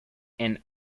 and